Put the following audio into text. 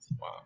Wow